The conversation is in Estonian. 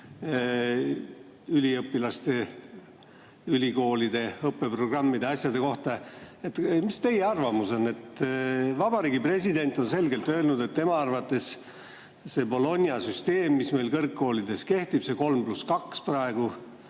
üliõpilaste, ülikoolide õppeprogrammide, selliste asjade kohta. Mis teie arvamus on? Vabariigi president on selgelt öelnud, et tema arvates Bologna süsteem, mis meil kõrgkoolides kehtib, see 3 + 2 praegu,